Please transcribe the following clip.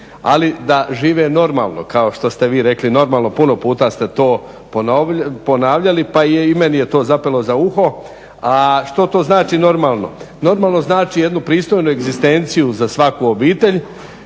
ali da žive normalno kao što ste vi rekli, puno puta ste to ponavljali pa je i meni to zapelo za uho. A što to znači normalno? Normalno znači jednu pristojnu egzistenciju za svaku obitelj